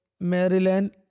Maryland